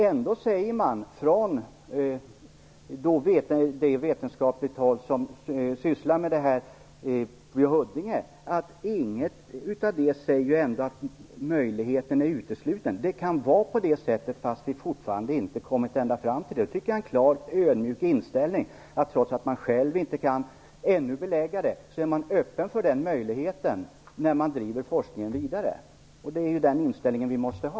Ändå säger ingen på vetenskapligt håll som sysslar med detta på Huddinge att den möjligheten är utesluten. Det kan vara på det sättet, även om vi fortfarande inte kommit ända fram till det. Det tycker jag är en klart ödmjuk inställning. Trots att man själv ännu inte kan belägga det är man öppen för att det kan vara så när man driver forskningen vidare. Det är den inställningen vi måste ha.